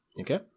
Okay